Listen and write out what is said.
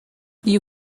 you